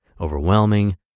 overwhelming